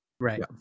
Right